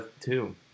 two